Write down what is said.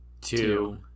two